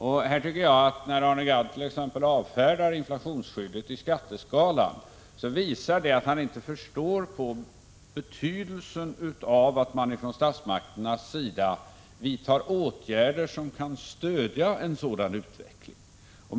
Jag tycker att när Arne Gadd avfärdar förslaget om inflationsskydd i skatteskalan, så visar det att han inte förstår betydelsen av att statsmakterna vidtar åtgärder som kan stödja en sådan här utveckling.